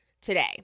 today